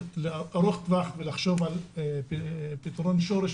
הוא ארוך טווח ולחשוב על פתרון שורש,